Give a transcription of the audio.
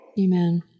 Amen